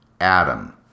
Adam